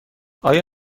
آیا